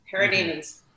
parademons